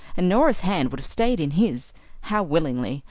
and norah's hand would have stayed in his how willingly!